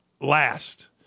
last